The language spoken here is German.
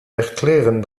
erklären